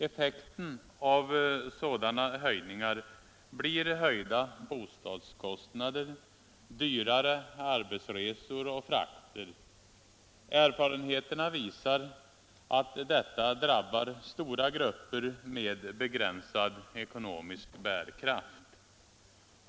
Effekten av sådana höjningar blir höjda bostadskostnader, dyrare arbetsresor och frakter. Erfarenheterna visar att detta drabbar stora grupper med begränsad ekonomisk bärkraft.